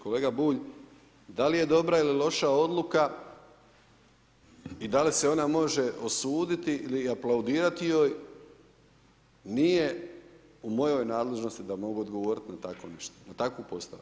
Kolega Bulj, da li je dobra ili loša odluka i da li se ona može osuditi ili aplaudirati joj, nije u mojoj nadležnost da mogu odgovoriti na tako nešto, na takvu postavku.